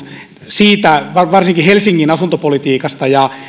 siitä varsinkin helsingin asuntopolitiikasta ja